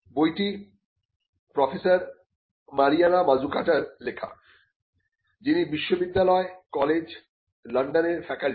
বইটি professor Mariana মাজুকাটার লেখা যিনি বিশ্ববিদ্যালয় কলেজ লন্ডনের ফ্যাকাল্টি